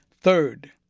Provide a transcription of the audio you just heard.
third